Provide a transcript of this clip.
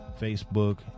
Facebook